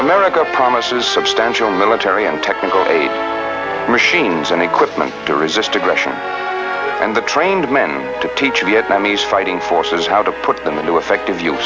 america promises substantial military and technical machines and equipment to resist aggression and the trained men to teach vietnamese fighting forces how to put them into effect of